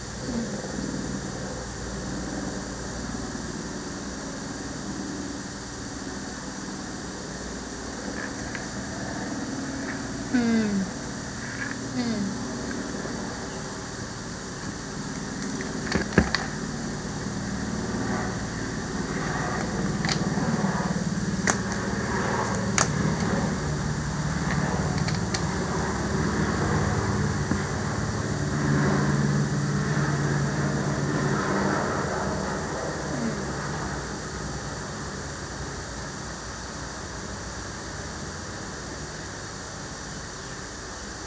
mm mm mm